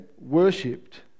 worshipped